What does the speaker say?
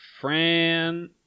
Fran